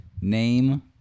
Name